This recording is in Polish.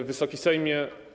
Wysoki Sejmie!